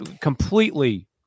completely